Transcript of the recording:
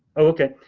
okay.